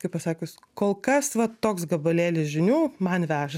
kaip pasakius kol kas va toks gabalėlis žinių man veža